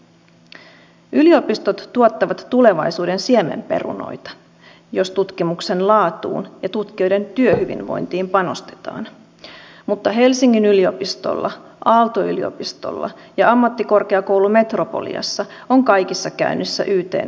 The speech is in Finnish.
kuitenkin suurin osa maahantulijoista on jostain sattuneesta syystä miehiä ja kun miehet ovat jo ennestään suomessa työttömiä niin miten nämä maahan tulevat miehet voisivat työllistyä kun ovat huonommin koulutettuja ja huonompia kielitaidoltaan kuin suomalaiset miehet